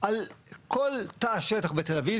על כל תא שטח בתל אביב,